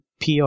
PR